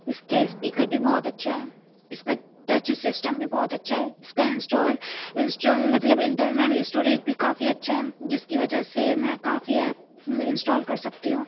اِس کے اسپیکر بھی بہت اچھا ہے اِس کا ٹچ سسٹم بھی بہت اچھا ہے اِس کا انسٹال انسٹال مطلب انٹرنل اسٹوریج بھی کافی اچھا ہے جس کی وجہ سے میں کافی ایپ انسٹال کر سکتی ہوں